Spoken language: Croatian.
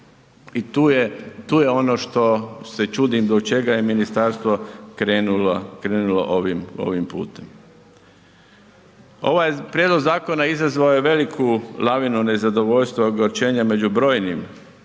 tu je ono što se čudim do čega je ministarstvo krenulo ovim putem. Ovaj prijedlog zakona izazvao je veliku lavinu nezadovoljstva i ogorčenja među brojnim ljudima,